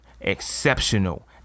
exceptional